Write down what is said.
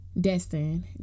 Destin